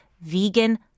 vegan